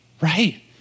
Right